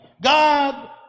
God